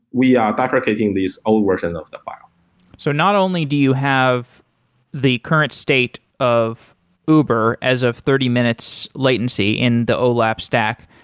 we are back rotating these old version of the file so not only do you have the current state of uber as of thirty minutes latency in the olap stack,